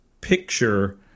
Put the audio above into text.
picture